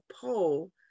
poll